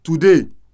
Today